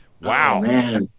Wow